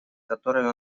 которой